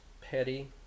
petty